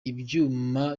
ibyuma